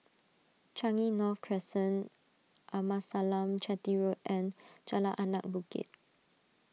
Changi North Crescent Amasalam Chetty Road and Jalan Anak Bukit